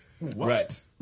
Right